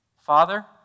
Father